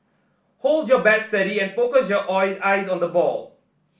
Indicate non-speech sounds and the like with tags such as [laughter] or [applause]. hold your bat steady and focus your [unintelligible] eyes on the ball